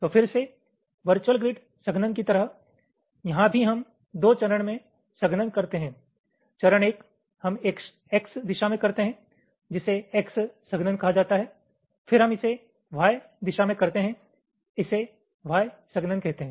तो फिर से वर्चुअल ग्रिड संघनन की तरह यहाँ भी हम 2 चरन में संघनन करते है चरन एक हम x दिशा में करते हैं जिसे x संघनन कहा जाता है फिर हम इसे y दिशा में करते हैं इसे y संघनन कहते हैं